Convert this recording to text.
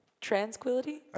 Tranquility